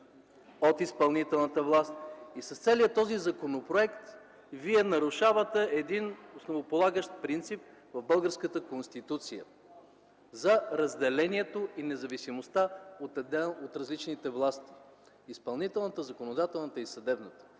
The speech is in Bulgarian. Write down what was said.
от изпълнителната власт. С целия този законопроект вие нарушавате един основополагащ принцип в българската Конституция за разделението и независимостта на една от различните власти – изпълнителната, законодателната и съдебната.